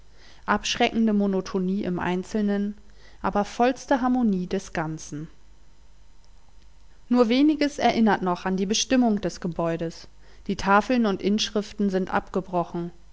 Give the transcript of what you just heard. abschreckende monotonie im einzelnen aber vollste harmonie des ganzen nur weniges erinnert noch an die bestimmung des gebäudes die tafeln und inschriften sind abgebrochen